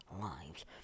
lives